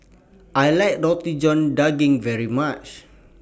I like Roti John Daging very much